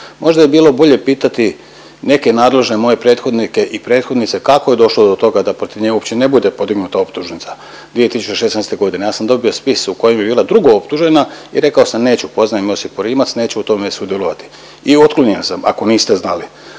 Možda je bilo bolje pitati neke nadležne moje prethodnike i prethodnice kako je došlo do toga da protiv nje uopće ne bude podignuta optužnica 2016.. Ja sam dobio spis u kojem je bila drugooptužena i rekao sam neću poznajem Josipu Rimac neću u tome sudjelovati i otklonjen sam ako niste znali.